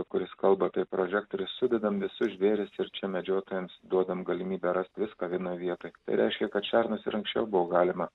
kuris kalba apie prožektorius sudedam visus žvėris ir čia medžiotojams duodam galimybę rast viską vienoj vietoj tai reiškia kad šernus ir anksčiau buvo galima